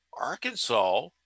Arkansas